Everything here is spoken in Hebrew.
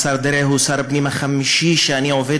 השר דרעי הוא שר הפנים החמישי שאני עובד